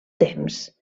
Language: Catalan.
temps